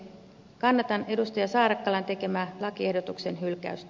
kannatan edustaja saarakkalan tekemää lakiehdotuksen hylkäystä